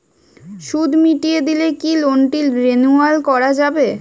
সুদ মিটিয়ে দিলে কি লোনটি রেনুয়াল করাযাবে?